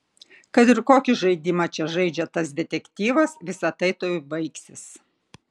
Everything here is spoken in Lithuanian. kad ir kokį žaidimą čia žaidžia tas detektyvas visa tai tuoj baigsis